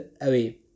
away